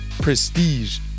Prestige